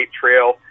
trail